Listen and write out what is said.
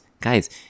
Guys